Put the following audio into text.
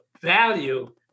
value